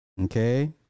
okay